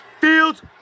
Fields